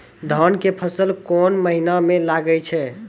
धान के फसल कोन महिना म लागे छै?